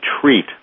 treat